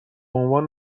عنوان